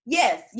yes